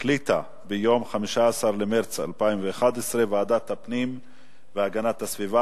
החליטה ביום 15 במרס 2001 ועדת הפנים והגנת הסביבה